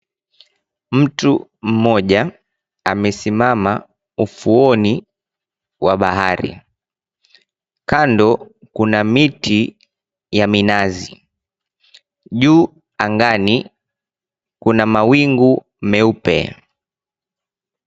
Mtu mmoja amesimama ufuoni wa bahari. Kando kuna miti ya minazi. Juu angani kuna mawingu meupe.